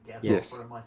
Yes